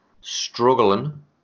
struggling